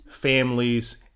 families